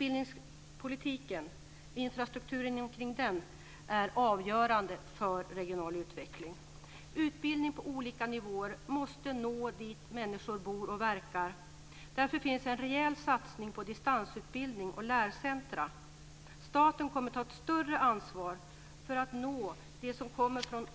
Infrastrukturen för utbildningspolitiken är avgörande för regional utveckling. Utbildning på olika nivåer måste nå dit där människor bor och verkar. Därför finns en rejäl satsning på distansutbildning och lärocentrum. Staten kommer att ta ett större ansvar för att nå de som kommer från